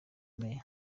meya